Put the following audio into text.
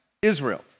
Israel